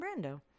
Brando